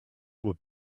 would